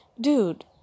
dude